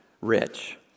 rich